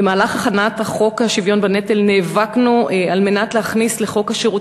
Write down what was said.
במהלך הכנת חוק השוויון בנטל נאבקנו על מנת להכניס לחוק שירות